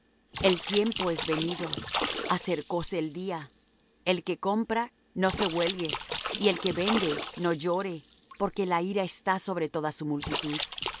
el tiempo es venido acercóse el día el que compra no se huelgue y el que vende no llore porque la ira está sobre toda su multitud